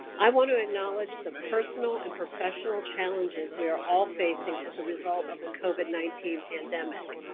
i want to acknowledge the personal and professional challenges we are all facing as a result of the covid nineteen pandemic.